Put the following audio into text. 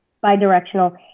bi-directional